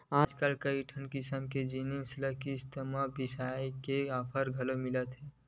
आजकल कइठन किसम के जिनिस ल किस्ती म बिसाए के ऑफर घलो मिलत हे